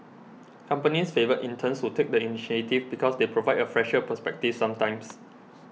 companies favour interns who take the initiative and because they provide a fresher perspective sometimes